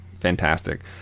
fantastic